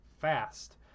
fast